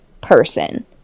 person